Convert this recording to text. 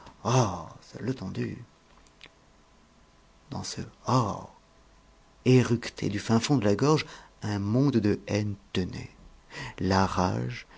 oh ce letondu dans ce oh éructé du fin fond de la gorge un monde de haine tenait la rage